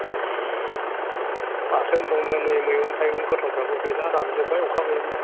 माथो होनबावनो नै मैगं थाइगं गोथांफ्राबो गैला रानजोब्बाय अखा गैयिनि